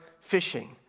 fishing